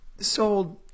sold